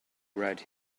right